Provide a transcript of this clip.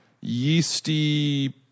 yeasty